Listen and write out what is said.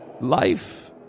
Life